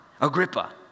Agrippa